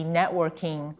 networking